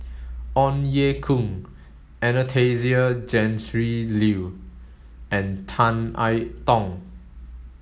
Ong Ye Kung Anastasia Tjendri Liew and Tan I Tong